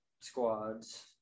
squads